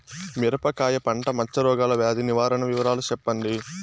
మిరపకాయ పంట మచ్చ రోగాల వ్యాధి నివారణ వివరాలు చెప్పండి?